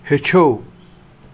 ہیٚچھِو